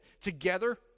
together